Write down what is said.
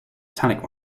italic